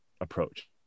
approach